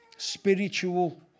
spiritual